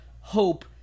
hope